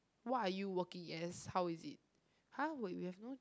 what are you working as how is it !huh! wait we have no